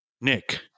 Nick